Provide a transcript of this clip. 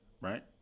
right